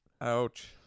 Ouch